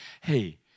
Hey